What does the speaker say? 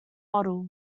model